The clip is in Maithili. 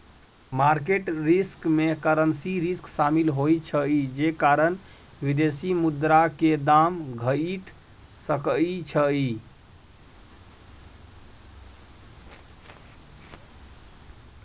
मार्केट रिस्क में करेंसी रिस्क शामिल होइ छइ जे कारण विदेशी मुद्रा के दाम घइट सकइ छइ